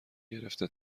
گرفته